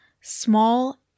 small